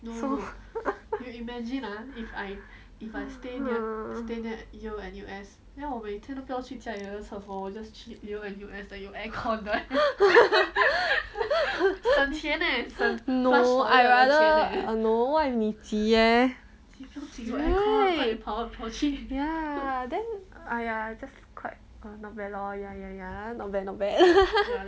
ah no I rather no what if 你急 eh right ya then !aiya! just quite ah not bad loh ya ya ya not bad not bad